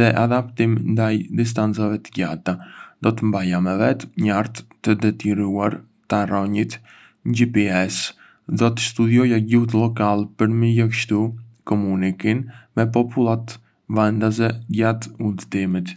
dhe adaptimin ndaj distancave të gjata. Do të mbaja me vete një hartë të detajuar të rajonit, një GPS, dhe do të studioja gjuhët lokale për me lehtësu komunikimin me popullatat vendase gjatë udhëtimit.